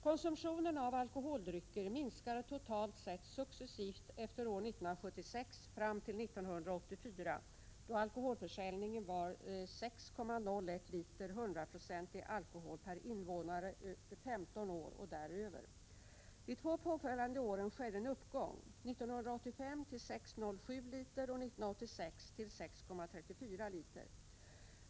Konsumtionen av alkoholdrycker minskade totalt sett successivt efter år 1976 fram till 1984, då alkoholförsäljningen var 6,01 liter hundraprocentig alkohol per invånare som var 15 år och däröver. De två påföljande åren skedde en uppgång, 1985 till 6,07 liter och 1986 till 6,34 liter.